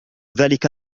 ذلك